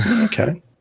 Okay